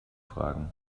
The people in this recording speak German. fragen